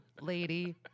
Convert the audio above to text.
lady